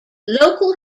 local